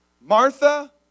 Martha